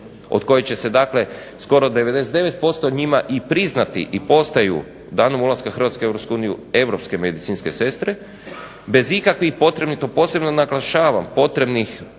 od kojih će se dakle skoro 99% njima i priznati i postaju danom ulaska Hrvatske u Europsku uniju europske medicinske sestre, bez ikakvih …/Govornik se ne razumije./…, posebno naglašavam potrebnih